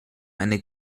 eine